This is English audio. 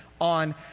on